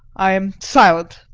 i am silent.